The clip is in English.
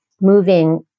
moving